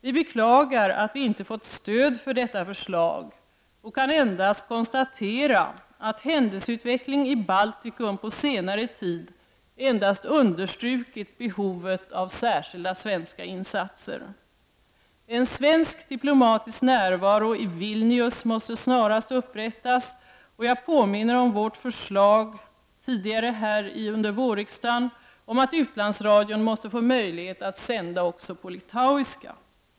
Vi beklagar att vi inte fått stöd för detta förslag, och vi kan endast konstatera att händelseutvecklingen i Baltikum på senare tid understrukit behovet av särskilda svenska insatser. En svensk diplomatisk närvaro i Vilnius måste snarast upprättas, och jag påminner om vårt förslag tidigare under vårriksdagen om att utlandsradion måste få möjlighet att sända också på litauiska.